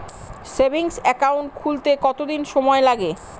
Savings account খুলতে কতদিন সময় লাগে?